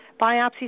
biopsy